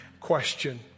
question